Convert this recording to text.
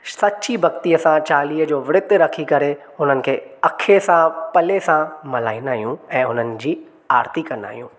सच्ची भक्तीअ सां चालीहे जो व्रत रखी करे हुननि खे अखे सां पले सां मल्हाईंदा आहियूं ऐं हुननि जी आरती कंदा आहियूं